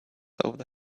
over